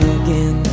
again